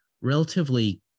relatively